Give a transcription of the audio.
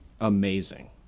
amazing